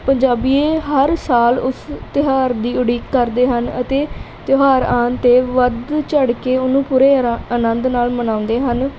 ਪੰਜਾਬੀ ਹਰ ਸਾਲ ਉਸ ਤਿਉਹਾਰ ਦੀ ਉਡੀਕ ਕਰਦੇ ਹਨ ਅਤੇ ਤਿਉਹਾਰ ਆਉਣ 'ਤੇ ਵੱਧ ਚੜ ਕੇ ਉਹਨੂੰ ਪੂਰੇ ਆਰਾ ਆਨੰਦ ਨਾਲ ਮਨਾਉਂਦੇ ਹਨ